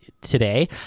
today